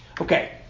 Okay